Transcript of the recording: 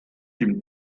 den